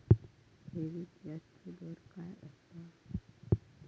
ठेवीत व्याजचो दर काय असता?